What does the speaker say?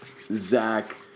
Zach